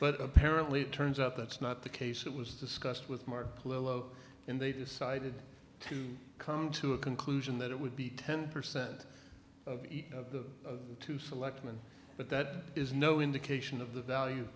but apparently it turns out that's not the case it was discussed with mark polow and they decided to come to a conclusion that it would be ten percent of the two selectman but that is no indication of the value